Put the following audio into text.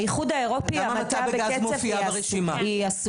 באיחוד האירופי המתה בקצף היא אסורה.